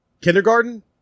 Kindergarten